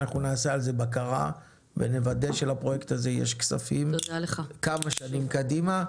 נעשה על זה בקרה ונוודא שלפרויקט הזה יש כספים כמה שנים קדימה.